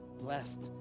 blessed